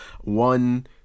one